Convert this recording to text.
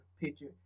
picture